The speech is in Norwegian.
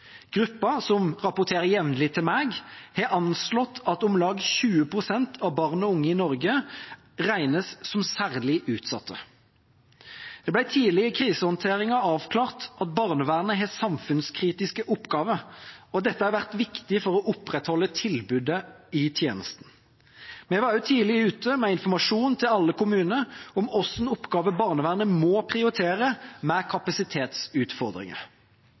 som rapporterer jevnlig til meg, har anslått at om lag 20 pst. av barn og unge i Norge regnes som særlig utsatte. Det ble tidlig i krisehåndteringen avklart at barnevernet har samfunnskritiske oppgaver, og dette har vært viktig for å opprettholde tilbudet i tjenesten. Vi var også tidlig ute med informasjon til alle kommuner om hvilke oppgaver barnevernet må prioritere ved kapasitetsutfordringer.